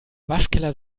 waschkeller